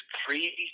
three